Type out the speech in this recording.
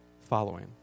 following